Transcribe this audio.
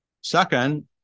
Second